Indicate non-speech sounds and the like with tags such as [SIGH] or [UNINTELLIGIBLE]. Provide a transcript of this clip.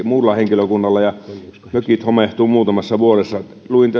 [UNINTELLIGIBLE] muulla henkilökunnalla ja mökit homehtuvat muutamassa vuodessa